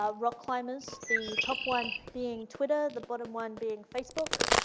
ah rock climbers, the top one being twitter, the bottom one being facebook,